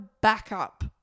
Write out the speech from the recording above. backup